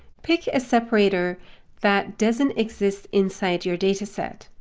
pick a separator that doesn't exist inside your data set,